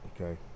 okay